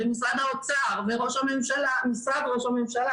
משרד האוצר ומשרד ראש הממשלה